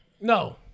no